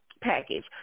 package